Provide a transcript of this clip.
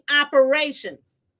operations